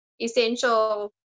essential